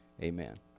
amen